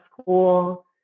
school